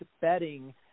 betting